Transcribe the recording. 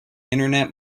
internet